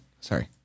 Sorry